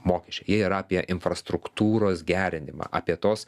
mokesčiai jie yra apie infrastruktūros gerinimą apie tos